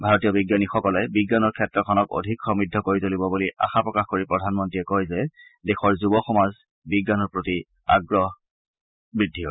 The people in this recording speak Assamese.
ভাৰতীয় বিজ্ঞানীসকলে বিজ্ঞানৰ ক্ষেত্ৰখনক অধিক সমৃদ্ধ কৰি তুলিব বুলি আশা প্ৰকাশ কৰি প্ৰধানমন্ত্ৰীয়ে কয় যে দেশৰ যুৱ সমাজৰ বিজ্ঞানৰ প্ৰতি আগ্ৰহ বৃদ্ধি হৈছে